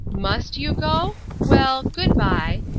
must you go? well, good by.